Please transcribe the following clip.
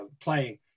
playing